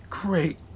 Great